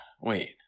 wait